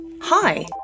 Hi